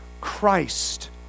Christ